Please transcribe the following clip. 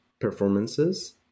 Performances